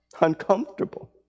Uncomfortable